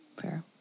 Fair